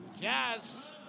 Jazz